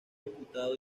diputado